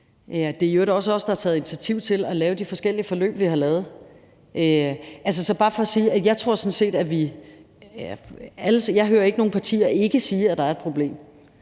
øvrigt også os, der har taget initiativ til at lave de forskellige forløb, vi har lavet. Det er bare for at sige, at jeg sådan set